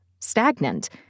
stagnant